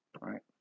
right